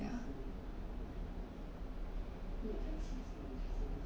ya